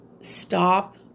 Stop